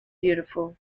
beautiful